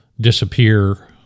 disappear